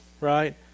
right